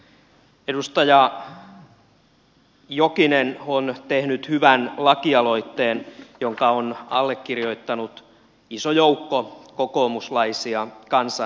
edustaja jokinen on tehnyt hyvän lakialoitteen jonka on allekirjoittanut iso joukko kokoomuslaisia kansanedustajia